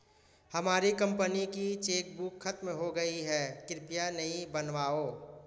हमारी कंपनी की चेकबुक खत्म हो गई है, कृपया नई बनवाओ